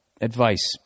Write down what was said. advice